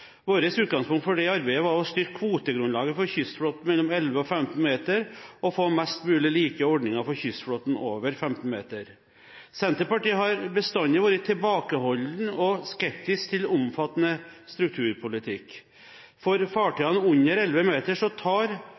Vårt utgangspunkt for det arbeidet var å styrke kvotegrunnlaget for kystflåten mellom 11 og 15 meter, og å få mest mulig like ordninger for kystflåten over 15 meter. Senterpartiet har bestandig vært tilbakeholden og skeptisk til omfattende strukturpolitikk. For fartøy under 11 meter tar